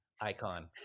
icon